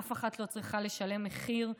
אף אחת לא צריכה לשלם מחיר,